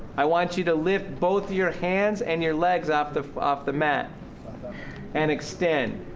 i want you to lift both your hands and your legs off the off the mat and extend.